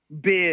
big